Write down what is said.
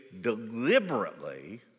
deliberately